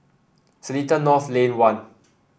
Seletar North Lane One